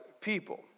people